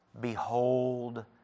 Behold